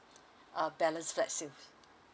uh balance flat sales